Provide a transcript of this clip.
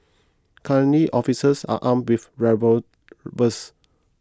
currently officers are armed with revolvers